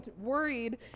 worried